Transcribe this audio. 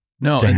No